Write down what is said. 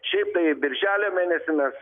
šiaip tai birželio mėnesį mes